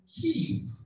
keep